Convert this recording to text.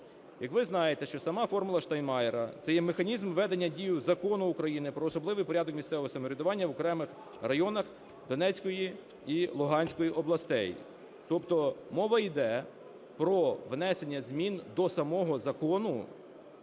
Як ви знаєте, що сама "формула Штайнмайєра" – це є механізм введення в дію Закону України "Про особливий порядок місцевого самоврядування в окремих районах Донецької і Луганської областей". Тобто мова йде про внесення змін до самого закону,